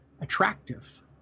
attractive